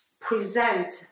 present